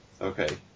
Okay